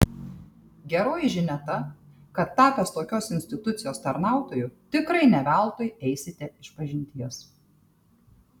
geroji žinia ta kad tapęs tokios institucijos tarnautoju tikrai ne veltui eisite išpažinties